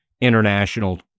international